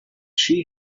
she